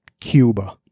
Cuba